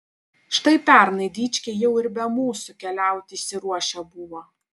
štai pernai dičkiai jau ir be mūsų keliauti išsiruošę buvo